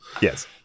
yes